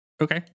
Okay